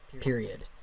Period